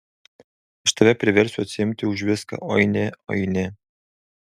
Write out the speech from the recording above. aš tave priversiu atsiimti už viską oi ne oi ne